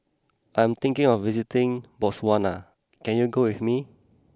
I am thinking of visiting Botswana can you go with me